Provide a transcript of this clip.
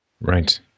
Right